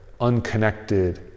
unconnected